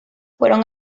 fueron